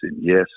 yes